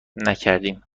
نکردیم